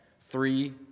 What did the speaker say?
Three